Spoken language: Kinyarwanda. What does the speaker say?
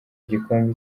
igikombe